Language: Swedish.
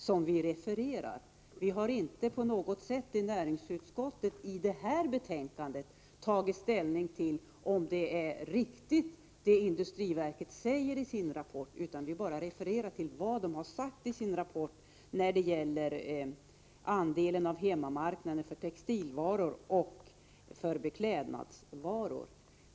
Vi har i detta betänkande inte på något sätt tagit ställning till om det som industriverket säger i sin rapport är riktigt. Vi bara refererar till vad verket sagt när det gäller andelen på hemmamarknaden för textiloch beklädnadsvaror.